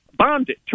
bondage